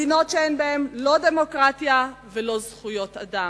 מדינות שאין בהן לא דמוקרטיה ולא זכויות אדם,